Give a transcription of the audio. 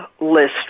list